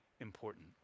important